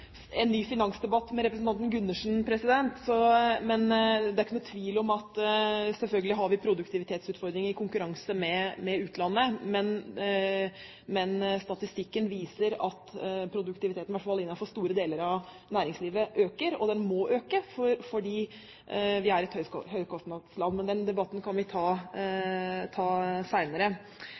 en ny finansdebatt med representanten Gundersen. Det er ikke noen tvil om at vi har produktivitetsutfordringer knyttet til konkurranse med utlandet, men statistikken viser at produktiviteten, i hvert fall innenfor store deler av næringslivet, øker, og den må øke, fordi vi er et høykostland. Men den debatten kan vi ta